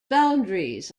boundaries